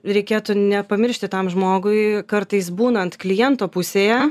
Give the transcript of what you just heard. reikėtų nepamiršti tam žmogui kartais būnant kliento pusėje